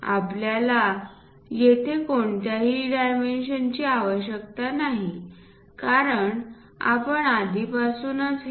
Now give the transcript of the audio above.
आपल्याला येथे कोणत्याही डायमेन्शन्सची आवश्यकता नाही कारण आपण आधीपासूनच हे 2